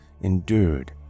endured